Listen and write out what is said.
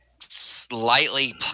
slightly